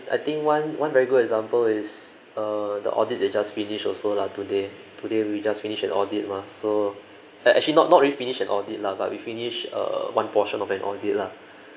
I think one one very good example is uh the audit they just finish also lah today today we just finish an audit mah so ac~ actually not not really finish an audit lah but we finish err one portion of an audit lah